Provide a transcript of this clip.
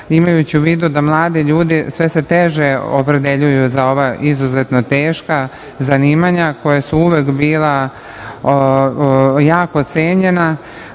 imajući u vidu da mladi ljudi sve se teže opredeljuju za izuzetno teška zanimanja koja su uvek bila jako cenjena.